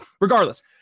Regardless